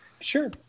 Sure